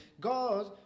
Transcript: god